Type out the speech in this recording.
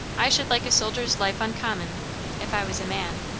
i should like a soldier's life uncommon if i was a man.